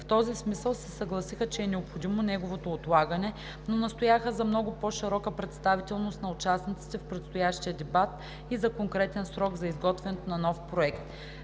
В този смисъл се съгласиха, че е необходимо неговото отлагане, но настояха за много по-широка представителност на участниците в предстоящия дебат и за конкретен срок за изготвянето на нов проект.